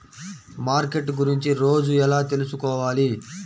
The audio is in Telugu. మార్కెట్ గురించి రోజు ఎలా తెలుసుకోవాలి?